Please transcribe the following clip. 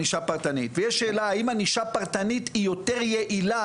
ויש שאלה האם ענישה פרטנית היא יותר יעילה